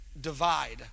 divide